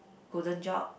Golden Job